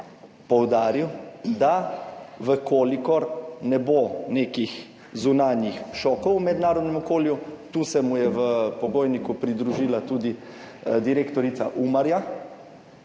poudaril, da v kolikor ne bo nekih zunanjih šokov v mednarodnem okolju, tu se mu je v pogojniku pridružila tudi direktorica Umarja,